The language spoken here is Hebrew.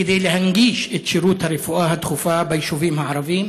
כדי להנגיש את שירות הרפואה הדחופה ביישובים הערביים.